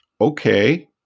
okay